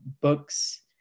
books